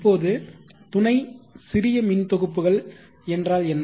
இப்போது துணை சிறியமின்தொகுப்புகள் என்றால் என்ன